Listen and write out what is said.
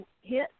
hit